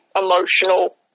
emotional